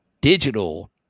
digital